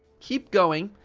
keep going,